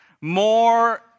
more